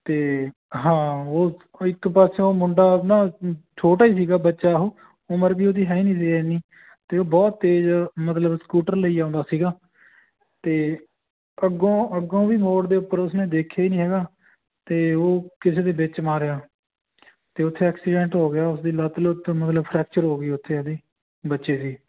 ਅਤੇ ਹਾਂ ਉਹ ਇੱਕ ਪਾਸਿਓ ਮੁੰਡਾ ਨਾ ਛੋਟਾ ਹੀ ਸੀਗਾ ਬੱਚਾ ਉਹ ਉਮਰ ਵੀ ਉਹਦੀ ਹੈ ਨਹੀਂ ਸੀ ਇੰਨੀ ਅਤੇ ਉਹ ਬਹੁਤ ਤੇਜ਼ ਮਤਲਬ ਸਕੂਟਰ ਲਈ ਆਉਂਦਾ ਸੀਗਾ ਅਤੇ ਅੱਗੋਂ ਅੱਗੋਂ ਵੀ ਮੋੜ ਦੇ ਉੱਪਰ ਉਸਨੇ ਦੇਖਿਆ ਹੀ ਨਹੀਂ ਹੈਗਾ ਅਤੇ ਉਹ ਕਿਸੇ ਦੇ ਵਿੱਚ ਮਾਰਿਆ ਅਤੇ ਉੱਥੇ ਐਕਸੀਡੈਂਟ ਹੋ ਗਿਆ ਉਸਦੀ ਲੱਤ ਲੁਤ ਮਤਲਬ ਫਰੈਕਚਰ ਹੋ ਗਈ ਉੱਥੇ ਉਹਦੀ ਬੱਚੇ ਦੀ